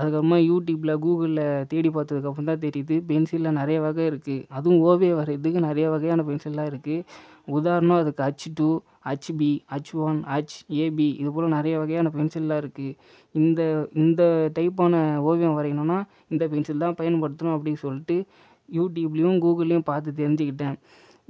அதுக்கு அப்புறமாக யூடியூபில் கூகுளில் தேடிப் பார்த்ததுக்கு அப்புறம் தான் தெரியுது பென்சிலில் நிறைய வகை இருக்குது அதுவும் ஓவியம் வரையிறதுக்குது நிறைய வகையான பென்சில்லாம் இருக்குது உதாரணமாக அதுக்கு H two HB H one H AB இது போல நிறைய வகையான பென்சில்லாம் இருக்குது இந்த இந்த டைப்பான ஓவியம் வரையணும்னால் இந்த பென்சில் தான் பயன்படுத்தணும் அப்படின்னு சொல்லிட்டு யூடியூப்லேயும் கூகுளையும் பார்த்து தெரிஞ்சுக்கிட்டேன்